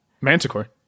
manticore